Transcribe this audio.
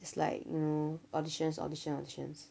it's like you know auditions auditions auditions